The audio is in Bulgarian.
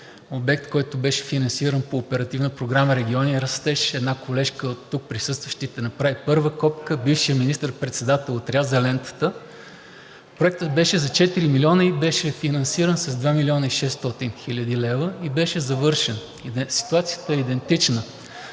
обект, който беше финансиран по Оперативна програма „Региони в растеж“, и една колежка от тук присъстващите направи първа копка, а бившият министър-председател отряза лентата. Проектът беше за четири милиона, беше финансиран с 2 млн. 600 хил. лв. и беше завършен. Ситуацията е идентична.